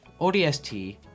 ODST